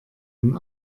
und